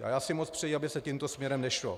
A já si moc přeju, aby se tímto směrem nešlo.